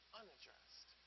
unaddressed